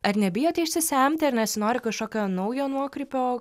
ar nebijote išsisemti ar nesinori kažkokio naujo nuokrypio